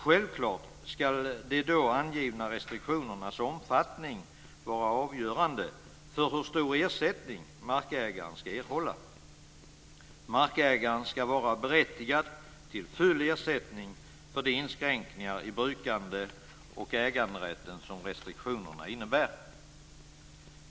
Självklart ska de då angivna restriktionernas omfattning vara avgörande för hur stor ersättning markägaren ska erhålla. Markägaren ska vara berättigad till full ersättning för de inskränkningar i brukande och äganderätten som restriktionerna innebär.